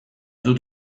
dut